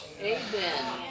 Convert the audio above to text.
Amen